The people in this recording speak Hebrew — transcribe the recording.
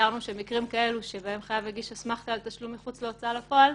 הגדרנו שבמקרים כאלה שבהם חייב הגיש אסמכתה על תשלום מחוץ להוצאה לפועל,